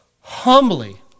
humbly